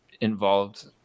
involved